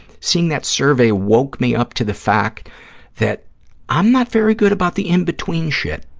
seeing that survey woke me up to the fact that i'm not very good about the in-between shit,